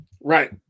Right